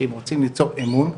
שאם רוצים ליצור אמון,